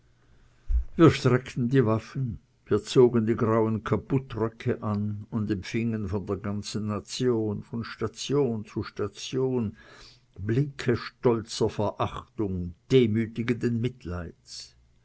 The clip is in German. streckten die waffen wir zogen die grauen kaputröcke an und empfingen von der ganzen nation von station zu station blicke stolzer verachtung demütigenden mitleids